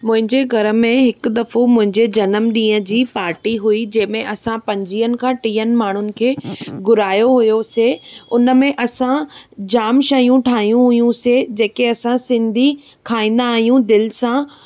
मुंहिंजे घरु में हिकु दफ़ो मुंहिंजे जनमु ॾींहुं जी पार्टी हुई जंहिंमें असां पंजवीहनि खां टीहनि माण्हुनि खे घुरायो हुयोसीं उनमें असां जाम शयूं ठाहियूं हुइयूं से जेके असां सिंधी खाईंदा आहियूं दिलि सां